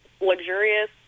luxurious